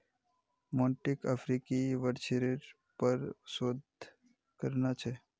मोंटीक अफ्रीकी वृक्षेर पर शोध करना छ